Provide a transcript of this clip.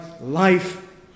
Life